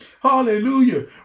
Hallelujah